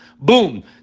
boom